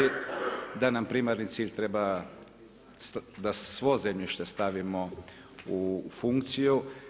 Da nam primarni cilj treba, da svo zemljište stavimo u funkciju.